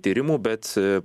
tyrimų bet